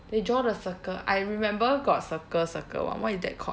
they draw the circle I remember got circle circle [one] what is that called